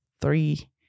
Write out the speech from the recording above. three